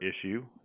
issue